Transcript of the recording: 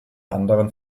anderen